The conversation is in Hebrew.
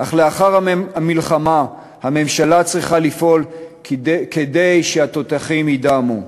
אך לאחר המלחמה הממשלה צריכה לפעול כדי שהתותחים יידומו.